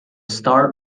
start